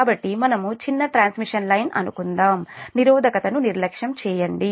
కాబట్టి మనము చిన్న ట్రాన్స్మిషన్ లైన్ అనుకుందాము నిరోధకతను నిర్లక్ష్యం చేయండి